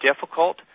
difficult